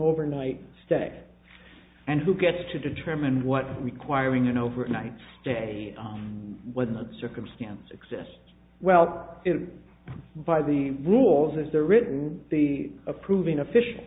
overnight stay and who gets to determine what requiring an overnight stay when the circumstances exist well by the rules as they're written the approving official